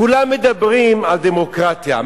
כולם מדברים על דמוקרטיה.